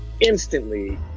instantly